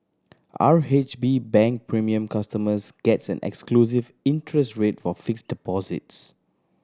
R H B Bank Premier customers gets an exclusive interest rate for fixed deposits